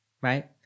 right